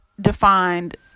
defined